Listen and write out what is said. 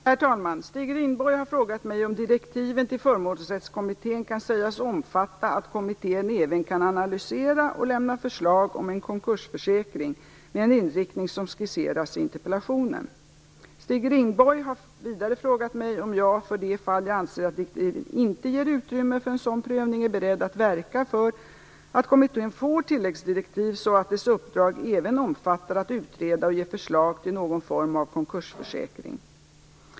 Herr talman! Stig Rindborg har frågat mig om direktiven till Förmånsrättskommittén kan sägas omfatta att kommittén även kan analysera och lämna förslag om en konkursförsäkring med en inriktning som skisseras i interpellationen. Stig Rindborg har vidare frågat mig om jag - för det fall jag anser att direktiven inte ger utrymme för en sådan prövning - är beredd att verka för att kommittén får tilläggsdirektiv så att dess uppdrag även omfattar att utreda och ge förslag till någon form av konkursförsäkring.